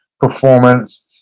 performance